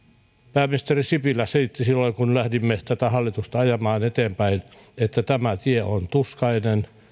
pääministeri sipilä selitti silloin kun lähdimme tätä hallitusta ajamaan eteenpäin että tämä tie on tuskainen